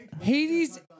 Hades